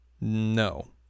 No